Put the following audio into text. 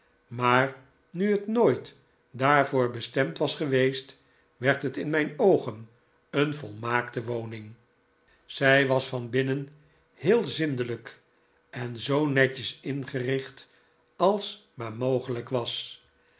maar nu het nooit daarvoor bestemd was geweest werd het in mijn oogen een volmaakte woning zij was van binnen heel zindelijk en zoo netjes ingericht als maar mogelijk was